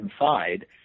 inside